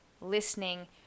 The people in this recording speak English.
listening